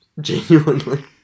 Genuinely